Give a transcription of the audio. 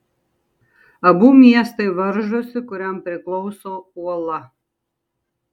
abu miestai varžosi kuriam priklauso uola